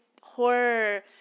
horror